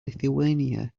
lithuania